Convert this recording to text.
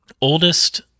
oldest